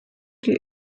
die